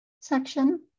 section